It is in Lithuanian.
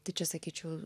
tai čia sakyčiau